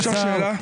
אפשר לשאול שאלה?